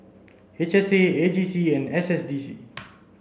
H S A A J C and S D C